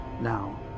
now